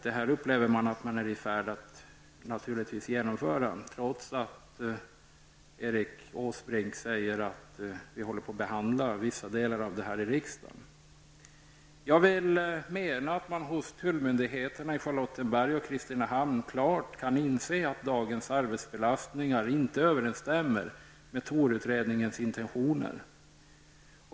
Jag upplever att man är i färd med att genomföra detta, trots att Erik Åsbrink säger att vissa delar av det är under behandling i riksdagen. Jag att man hos tullmyndigheterna i Charlottenberg och Kristinehamn klart kan inse att dagens arbetsbelastningar inte överensstämmer med ToR utredningens intentioner.